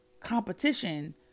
competition